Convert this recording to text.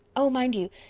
oh, mind you,